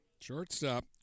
shortstop